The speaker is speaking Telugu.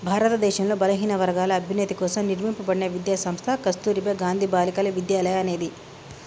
భారతదేశంలో బలహీనవర్గాల అభ్యున్నతి కోసం నిర్మింపబడిన విద్యా సంస్థ కస్తుర్బా గాంధీ బాలికా విద్యాలయ అనేది